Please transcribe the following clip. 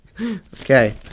Okay